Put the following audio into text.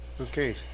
Okay